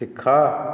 ଶିଖ